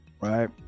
right